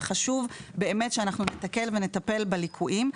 וחשוב באמת שאנחנו נתקן ונטפל בליקויים.